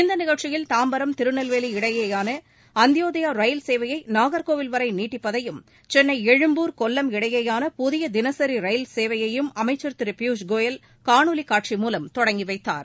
இந்த நிகழ்ச்சியில் தாம்பரம் திருநெல்வேலி இடையேயான அந்தியோதயா ரயில் சேவையை நாகர்கோவில் வரை நீட்டிப்பதையும் சென்னை எழும்பூர் கொல்லம் இடையேயான புதிய தினசரி ரயில் சேவையும் அமைச்சர் திரு பியூஷ் கோயல் காணொலி காட்சி மூலம் தொடங்கி வைத்தார்